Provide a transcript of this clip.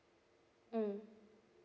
mm